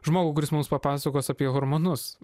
žmogų kuris mums papasakos apie hormonus